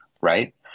right